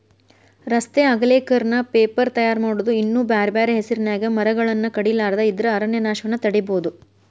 ರಸ್ತೆ ಅಗಲೇಕರಣ, ಪೇಪರ್ ತಯಾರ್ ಮಾಡೋದು ಇನ್ನೂ ಬ್ಯಾರ್ಬ್ಯಾರೇ ಹೆಸರಿನ್ಯಾಗ ಮರಗಳನ್ನ ಕಡಿಲಾರದ ಇದ್ರ ಅರಣ್ಯನಾಶವನ್ನ ತಡೇಬೋದು